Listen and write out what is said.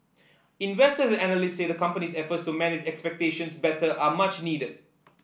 investors and analysts say the company's efforts to manage expectations better are much needed